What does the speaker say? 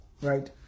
Right